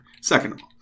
Second